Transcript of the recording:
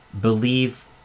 believe